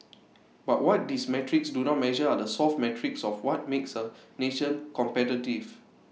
but what these metrics do not measure are the soft metrics of what makes A nation competitive